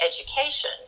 education